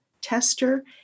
Tester